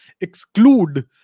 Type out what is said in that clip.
exclude